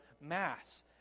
mass